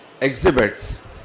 exhibits